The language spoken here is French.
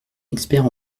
expert